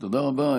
תודה רבה.